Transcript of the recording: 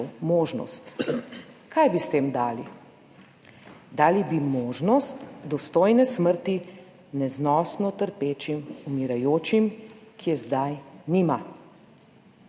možnost. Kaj bi s tem dali? Dali bi možnost dostojne smrti neznosno trpečim, umirajočim, ki je zdaj ni mar.